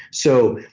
so,